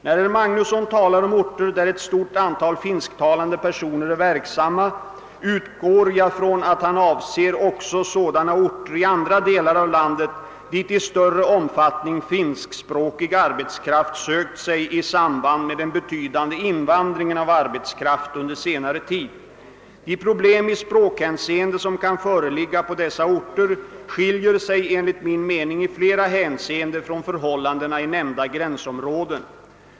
När herr Magnusson talar om orter där ett stort antal finsktalande personer är verksamma, utgår jag från att han avser också sådana orter i andra delar av landet, dit i större omfattning finskspråkig arbetskraft sökt sig i samband med den betydande invandringen av arbetskraft under senare tid. De problem i språkhänseende som kan föreligga på dessa orter skiljer sig enligt min mening i flera hänseenden från förhållandena i nämnda gränsområden.